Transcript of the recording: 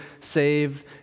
save